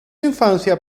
infancia